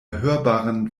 hörbaren